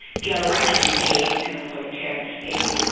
bielorussia became an authoritarian state,